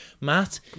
Matt